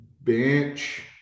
Bench